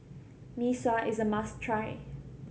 Mee Sua is a must try